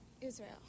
Israel